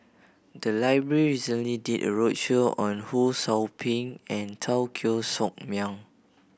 the library recently did a roadshow on Ho Sou Ping and Teo Koh Sock Miang